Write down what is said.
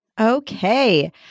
Okay